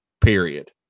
Period